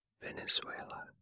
Venezuela